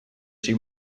she